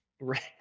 Right